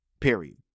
Period